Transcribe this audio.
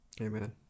Amen